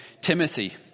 Timothy